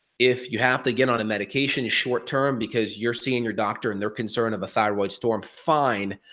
if you have to get on a medication short term because you're seeing your doctor and they're concerned of a thyroid storm, fine,